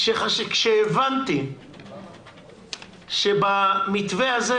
כשהבנתי שבמתווה הזה